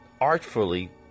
artfully